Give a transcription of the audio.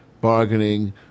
bargaining